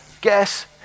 guess